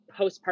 postpartum